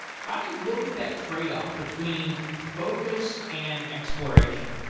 how do you look at that tradeoff between focus and exploration?